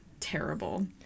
Terrible